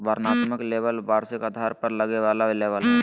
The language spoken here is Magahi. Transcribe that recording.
वर्णनात्मक लेबल वार्षिक आधार पर लगे वाला लेबल हइ